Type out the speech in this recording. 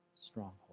stronghold